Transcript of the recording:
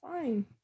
Fine